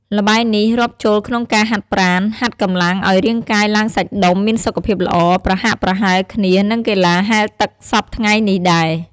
ល្បែងនេះ រាប់ចូលក្នុងការហាត់ប្រាណ ហាត់កម្លាំងឲ្យរាងកាយឡើងសាច់ដុំមានសុខភាពល្អ ប្រហាក់ប្រហែលគ្នានឹងកីឡាហែលទឹកសព្វថ្ងៃនេះដែរ។